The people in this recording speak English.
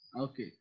Okay